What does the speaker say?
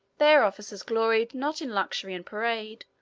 their officers gloried not in luxury and parade,